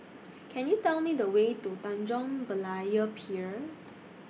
Can YOU Tell Me The Way to Tanjong Berlayer Pier